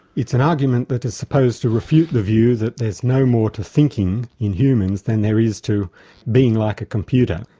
it's an argument that is supposed to refute the view that there's no more to thinking in humans than there is to being like a computer.